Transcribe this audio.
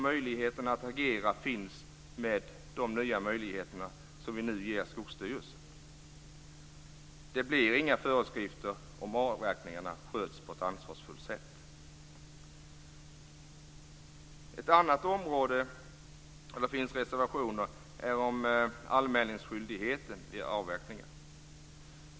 Möjligheterna att agera finns med de nya förutsättningar som vi nu ger Skogsstyrelsen. Det blir inga föreskrifter om avverkningarna sköts på ett ansvarsfullt sätt. Ett annat område där finns reservationer är anmälningsskyldigheten vid avverkningar.